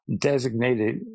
designated